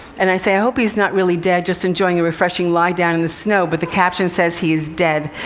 and i say, i hope he's not really dead, just enjoying a refreshing lie-down in the snow, but the caption says he is dead.